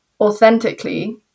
authentically